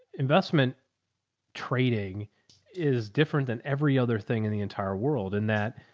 investment trading is different than every other thing in the entire world. and that.